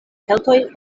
keltoj